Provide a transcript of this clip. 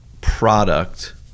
product